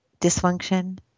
dysfunction